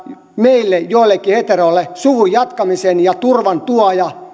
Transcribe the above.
meille joillekin heteroille suvun jatkamisen ja turvan tuoja